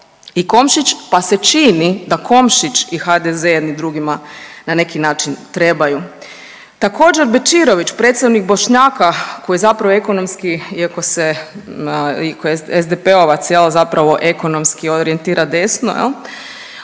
i Komšić pa se čini da Komšić i HDZ jedni drugima na neki način trebaju. Također Bećirović, predstavnik Bošnjaka koji je zapravo ekonomski iako se, iako SDP-ovac a zapravo ekonomski orijentira desno,